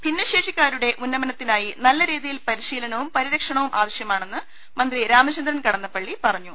ഭിന്ന ശേഷിക്കാരുടെ ഉന്നമനത്തിനായി നല്ല രീതിയിൽ പരിശീലനവും പരിരക്ഷണവും ആവശ്യ മാണെന് മന്ത്രി രാമചന്ദ്രൻ കടന്നപ്പള്ളി പറഞ്ഞു